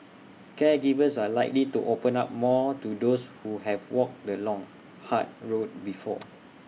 caregivers are likely to open up more to those who have walked the long hard road before